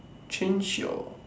change your